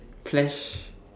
flash